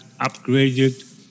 upgraded